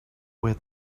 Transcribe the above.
where